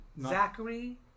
Zachary